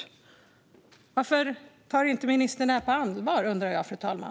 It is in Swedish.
Fru talman! Varför tar ministern inte detta på allvar?